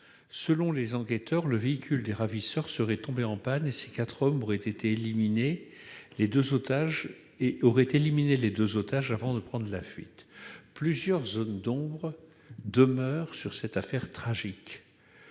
Selon les enquêteurs, le véhicule des ravisseurs serait tombé en panne et ces quatre hommes auraient éliminé les deux otages avant de prendre la fuite. Plusieurs zones d'ombre demeurent dans cette affaire tragique.